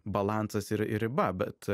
balansas ir ir riba bet